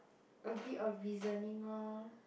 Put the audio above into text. a bit of reasoning orh